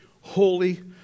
Holy